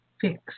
fix